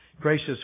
Gracious